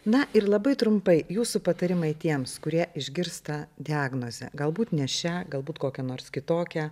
na ir labai trumpai jūsų patarimai tiems kurie išgirsta diagnozę galbūt ne šią galbūt kokią nors kitokią